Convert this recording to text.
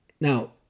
Now